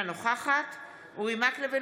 אינה נוכחת אורי מקלב,